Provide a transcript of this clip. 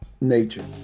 nature